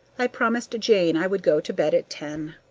i promised jane i would go to bed at ten.